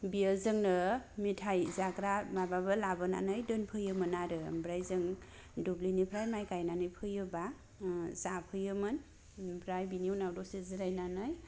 बियो जोंनो मिथाइ जाग्रा माबाबो लानानै दोनफैयोमोन आरो ओमफ्राय जों दुब्लिनिफ्राय माइ गाइनानै फैयोबा जाफैयोमोन ओमफ्राय बिनि उनाव दसे जिरायनानै